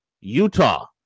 Utah